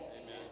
Amen